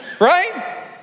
right